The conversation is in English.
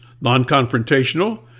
non-confrontational